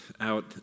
out